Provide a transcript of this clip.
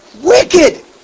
Wicked